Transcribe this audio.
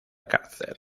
cárcel